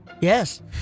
Yes